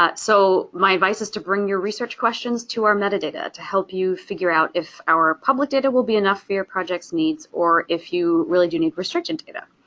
so my advice is to bring your research questions to our metadata to help you figure out if our public data will be enough for your project's needs or if you really do need restricted data.